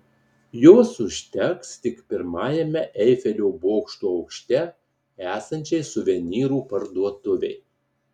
jos užteks tik pirmajame eifelio bokšto aukšte esančiai suvenyrų parduotuvei